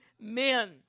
men